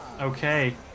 okay